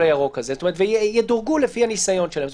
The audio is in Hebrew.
הירוק הזה והם ידורגו לפי הניסיון שלהם.